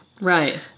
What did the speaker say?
right